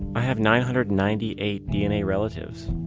i have nine hundred and ninety eight dna relatives.